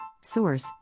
Source